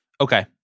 Okay